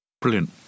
Brilliant